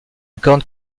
corne